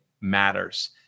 matters